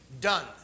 done